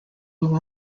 will